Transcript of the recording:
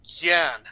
again